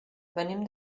venim